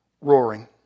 Roaring